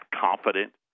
confident